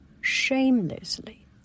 shamelessly